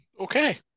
Okay